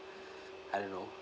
I don't know